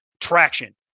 traction